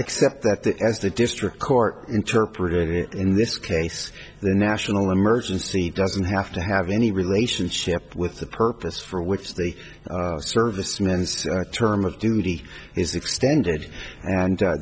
except that the as the district court interpreted it in this case the national emergency doesn't have to have any relationship with the purpose for which they servicemen term of duty is extended and